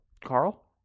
Carl